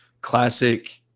classic